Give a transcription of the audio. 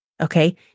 okay